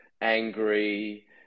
angry